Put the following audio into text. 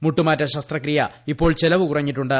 മുട്ടുമാറ്റ ശസ്ത്രക്രിയ ഇപ്പോൾ ചെലവു കുറഞ്ഞിട്ടുണ്ട്